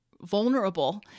vulnerable